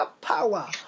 power